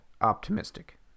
Optimistic